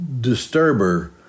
disturber